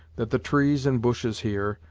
that the trees and bushes here,